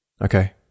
Okay